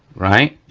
right?